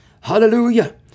hallelujah